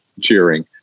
cheering